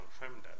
confirmed